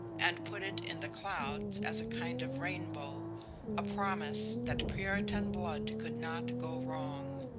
and put it in the clouds as a kind of rainbow a promise that puritan blood could not go wrong.